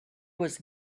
was